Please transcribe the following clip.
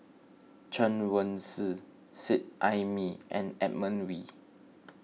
Chen Wen Hsi Seet Ai Mee and Edmund Wee